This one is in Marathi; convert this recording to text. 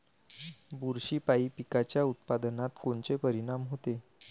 बुरशीपायी पिकाच्या उत्पादनात कोनचे परीनाम होते?